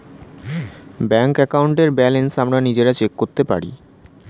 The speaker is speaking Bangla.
ব্যাংক অ্যাকাউন্টের ব্যালেন্স আমরা নিজেরা চেক করতে পারি